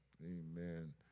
Amen